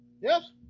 Yes